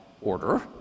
order